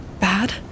bad